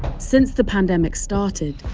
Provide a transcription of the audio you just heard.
since the pandemic started,